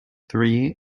three